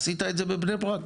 עשית את זה בבני ברק?